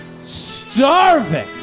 starving